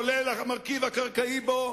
כולל המרכיב הקרקעי בו,